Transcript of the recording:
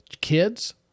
kids